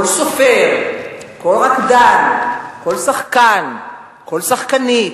כל סופר, כל רקדן, כל שחקן, כל שחקנית,